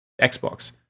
Xbox